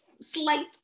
slight